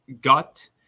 gut